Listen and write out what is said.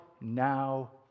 now